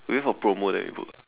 we wait for promo then we book